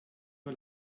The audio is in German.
nur